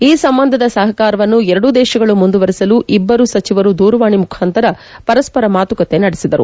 ಈ ಸಂಬಂಧದ ಸಹಕಾರವನ್ನು ಎರಡೂ ದೇಶಗಳು ಮುಂದುವರೆಸಲು ಇಬ್ಬರೂ ಸಚಿವರು ದೂರವಾಣಿ ಮುಖಾಂತರ ಪರಸ್ವರ ಮಾತುಕತೆ ನಡೆಸಿದರು